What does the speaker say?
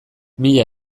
mila